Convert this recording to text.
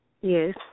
Yes